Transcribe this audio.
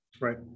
right